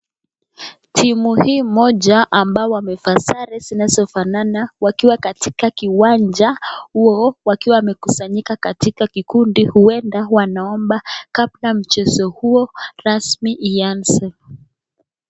Timu hii moja ambayo wamevaa sare zinazo fanana wakiwa katika kiwanja hicho wakiwa wamekusanyika katika kikundi huenda wanaomba kabla mchezo huo rasmi uanze.